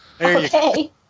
Okay